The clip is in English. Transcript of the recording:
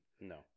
No